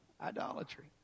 Idolatry